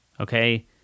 Okay